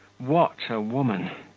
what a woman!